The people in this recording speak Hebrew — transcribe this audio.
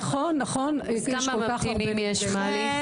כמה ממתינים, מלי?